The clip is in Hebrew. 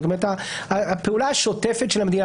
זאת אומרת הפעולה השוטפת של המדינה,